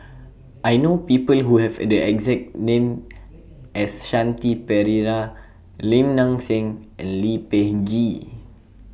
I know People Who Have The exact name as Shanti Pereira Lim Nang Seng and Lee Peh Gee